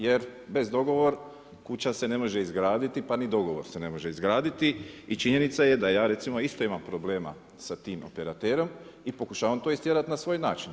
Jer bez dogovora kuća se ne može izgraditi pa ni dogovor se ne može izgraditi i činjenica je da ja recimo isto imam problema sa tim operaterom i pokušavam to istjerati na svoj način.